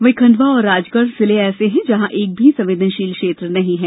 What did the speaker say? वहीं खण्डवा एवं राजगढ़ ऐसे जिले हैं जहाँ एक भी संवेदनशील क्षेत्र नहीं है